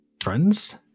friends